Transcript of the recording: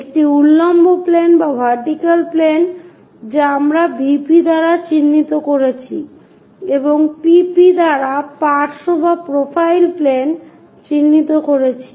একটি উল্লম্ব প্লেন যা আমরা VP দ্বারা চিহ্নিত করেছি এবং PP দ্বারা পার্শ্ব বা প্রোফাইল প্লেন চিহ্নিত করেছি